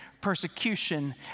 persecution